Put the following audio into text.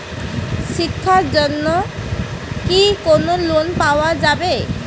শিক্ষার জন্যে কি কোনো লোন পাওয়া যাবে?